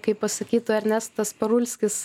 kaip pasakytų ernestas parulskis